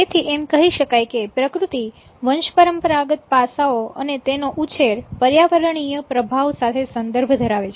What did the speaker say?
તેથી એમ કહી શકાય કે પ્રકૃતિ વંશપરંપરાગત પાસાઓ અને તેનો ઉછેર પર્યાવરણીય પ્રભાવ સાથે સંદર્ભ ધરાવે છે